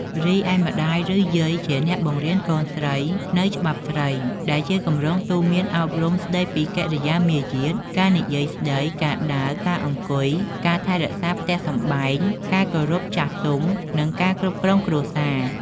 រីឯ ម្តាយ ឬយាយជាអ្នកបង្រៀនកូនស្រីនូវ ច្បាប់ស្រី ដែលជាកម្រងទូន្មានអប់រំស្តីពីកិរិយាមារយាទ ការនិយាយស្តី ការដើរ ការអង្គុយ ការថែរក្សាផ្ទះសម្បែង ការគោរពចាស់ទុំ និងការគ្រប់គ្រងគ្រួសារ។